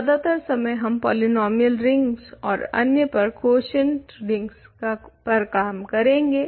तो ज्यादातर समय हम पोलिनोमियल रिंग्स और अन्य पर क्वॉशेंट रिंग्स पर काम करेंग